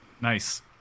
Nice